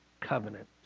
covenant